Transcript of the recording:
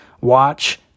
Watch